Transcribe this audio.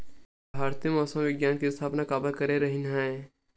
भारती मौसम विज्ञान के स्थापना काबर करे रहीन है?